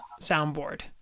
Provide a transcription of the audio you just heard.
soundboard